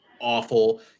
awful